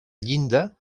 llinda